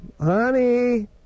honey